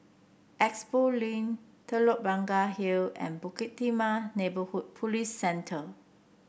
Expo Link Telok Blangah Hill and Bukit Timah Neighbourhood Police Centre